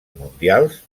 mundials